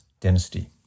dynasty